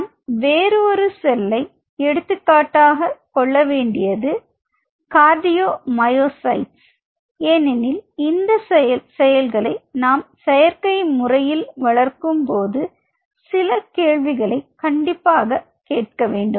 நான் வேறு ஒரு செல்லை எடுத்துக்காட்டாக கொள்ளக்கூடியது கார்டியோமயோசிட்டெஸ் ஏனெனில் இந்த செயல்களை நாம் செயற்கை முறையில் வளர்க்கும் போது சில கேள்விகளை கண்டிப்பாக கேட்க வேண்டும்